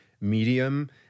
medium